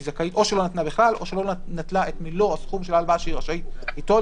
זכאית או שלא נטלה את מלוא סכום ההלוואה שהיא רשאית ליטול,